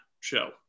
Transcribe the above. show